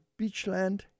Beachland